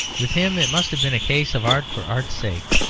with him it must have been a case of art for art's sake.